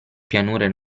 pianure